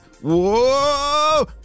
whoa